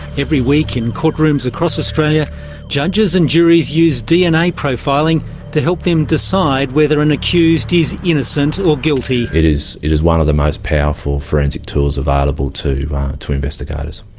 every week in courtrooms across australia judges and juries use dna profiling to help them decide whether an accused is innocent or guilty. it is it is one of the most powerful forensic tools available to to investigators.